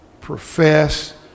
profess